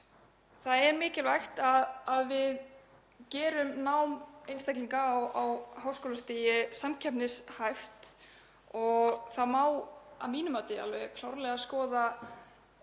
Það er mikilvægt að við gerum nám einstaklinga á háskólastigi samkeppnishæft og það má að mínu mati alveg klárlega skoða